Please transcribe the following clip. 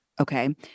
okay